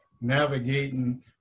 navigating